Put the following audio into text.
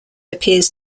appears